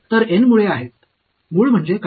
तर एन मुळे आहेत मूळ म्हणजे काय